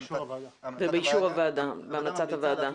ובאישור הוועדה, בהמלצת הוועדה.